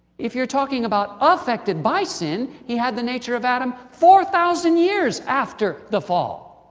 if you're talking about affected by sin, he had the nature of adam four thousand years after the fall.